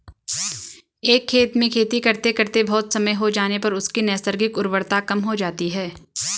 एक खेत में खेती करते करते बहुत समय हो जाने पर उसकी नैसर्गिक उर्वरता कम हो जाती है